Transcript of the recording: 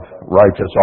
righteous